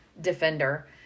Defender